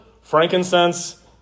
frankincense